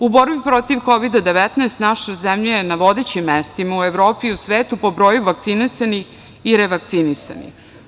U borbi protiv Kovida-19 naša zemlja je na vodećim mestima u Evropi i u svetu po broju vakcinisanih i revakcinisanih.